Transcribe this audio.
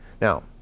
Now